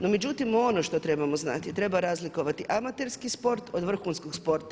No međutim, ono što trebamo znati, treba razlikovati amaterski sporta od vrhunskog sporta.